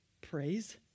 praise